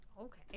Okay